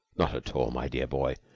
not at all, my dear boy,